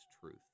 truth